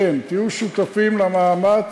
תהיו שותפים למאמץ.